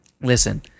listen